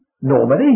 Normally